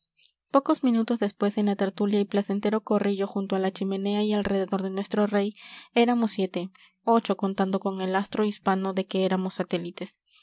pocos minutos después en la tertulia y placentero corrillo junto a la chimenea y alrededor de nuestro rey éramos siete ocho contando con el astro hispano de que éramos satélites